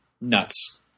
nuts